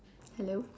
hello